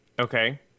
Okay